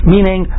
Meaning